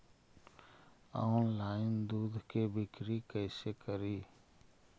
Online दुध के बिक्री कैसे करि?